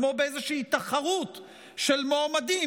כמו באיזושהי תחרות של מועמדים,